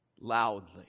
loudly